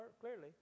clearly